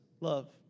love